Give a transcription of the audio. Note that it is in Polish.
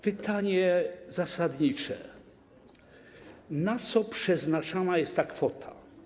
Pytanie zasadnicze: Na co przeznaczana jest ta kwota?